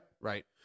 Right